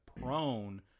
prone